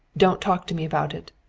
don't talk to me about it.